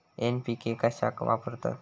NPK कशाक वापरतत?